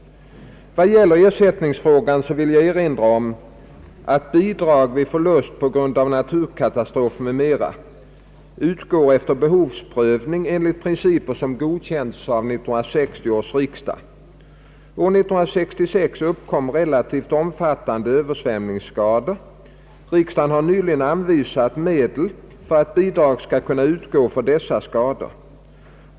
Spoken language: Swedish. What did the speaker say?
Vad gäller ersätiningsfrågan vill jag erinra om att bidrag vid förlust på grund av naturkatastrof m.m. utgår efter behovsprövning enligt principer som godkänts av 1960 års riksdag. År 1966 uppkom relativt omfattande översvämningsskador. Riksdagen har nyligen anvisat medel för att bidrag skall kunna utgå för dessa skador.